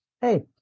hey